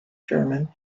german